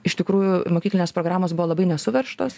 iš tikrųjų mokyklinės programos buvo labai nesuveržtos